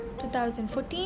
2014